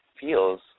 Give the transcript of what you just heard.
feels